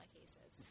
cases